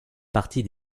partie